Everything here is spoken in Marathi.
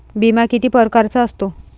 बिमा किती परकारचा असतो?